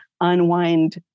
unwind